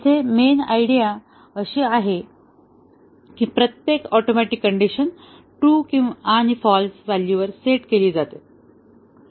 येथे main idea अशी आहे की प्रत्येक ऍटोमिक कण्डिशन ट्रू आणि फाँल्स व्हॅल्यूवर सेट केली जाईल